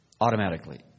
automatically